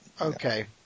Okay